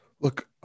Look